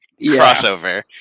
crossover